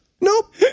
Nope